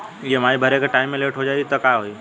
EMI भरे के time मे लेट हो जायी त का होई?